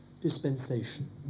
dispensation